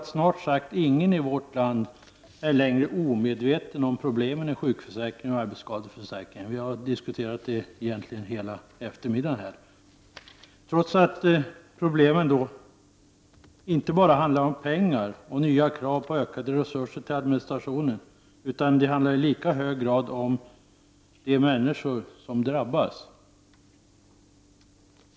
Snart sagt ingen i vårt land är längre omedveten om problemen i sjukförsäkringen och arbetsskadeförsäkringen. Det har vi egentligen diskuterat hela eftermiddagen. Och problemen handlar inte bara om pengar och nya krav på ökade resurser till administrationen, utan i lika hög grad om de människor som drabbas.